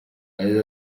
yagize